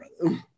brother